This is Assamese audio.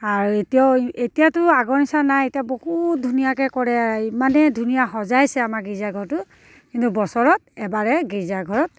আৰু এতিয়াও এতিয়াতো আগৰ নিচিনা নাই এতিয়া বহুত ধুনীয়াকৈ কৰে ইমানেই ধুনীয়া সজাইছে আমাৰ গীৰ্জাঘৰটো কিন্তু বছৰত এবাৰেই গীৰ্জাঘৰত